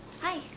Hi